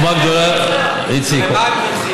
אני רוצה להגיד לך ולחברים,